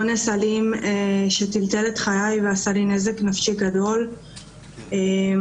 את תעבירי, ניצור איתה קשר ונבדוק את הדברים.